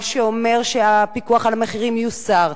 מה שאומר שהפיקוח על המחירים יוסר,